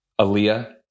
Aaliyah